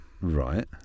Right